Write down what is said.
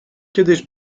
kiedyś